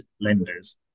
lenders